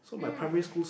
mm